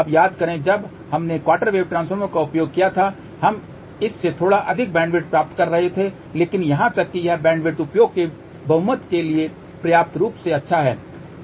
अब याद करें जब हमने क्वार्टर वेव ट्रांसफार्मर का उपयोग किया था हम इस से थोड़ा अधिक बैंडविड्थ प्राप्त कर रहे थे लेकिन यहां तक कि यह बैंडविड्थ उपयोग के बहुमत के लिए पर्याप्त रूप से अच्छा है